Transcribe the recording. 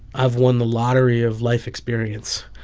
i've won the lottery of life experience.